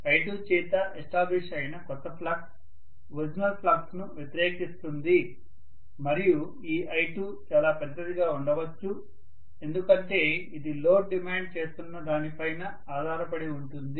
I2 చేత establish అయిన కొత్త ఫ్లక్స్ ఒరిజినల్ ఫ్లక్స్ను వ్యతిరేకిస్తుంది మరియు ఈ I2 చాలా పెద్దదిగా ఉండవచ్చు ఎందుకంటే ఇది లోడ్ డిమాండ్ చేస్తున్న దానిపై ఆధారపడి ఉంటుంది